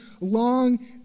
long